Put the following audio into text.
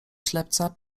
ślepca